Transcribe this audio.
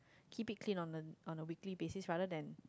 keep it clean on a on a weekly basic rather than